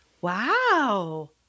Wow